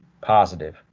positive